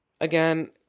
Again